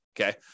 Okay